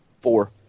Four